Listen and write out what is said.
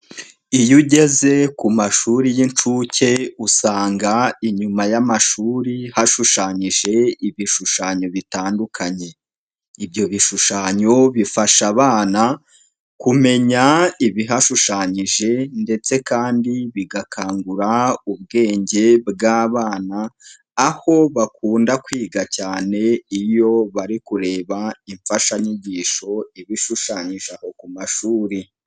Iyo ugeze ku mashuri y'inshuke usanga inyuma y'amashuri hashushanyije ibishushanyo bitandukanye, ibyo bishushanyo bifasha abana kumenya ibihashushanyije ndetse kandi bigakangura ubwenge bw'abana aho bakunda kwiga cyane iyo bari kureba imfashanyigisho iba ishushanyije aho ku mashuri.